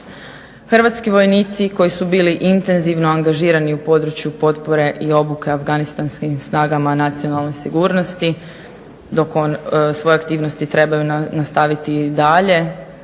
Hrvatski vojnici koji su bili intenzivno angažirani u području potpore i obuke afganistanskim snagama nacionalne sigurnosti dok oni svoje aktivnosti trebaju nastaviti i dalje